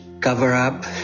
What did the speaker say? cover-up